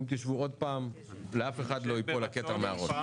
אם תשבו עוד פעם לאף אחד לא ייפול הכתר מהראש.